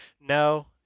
No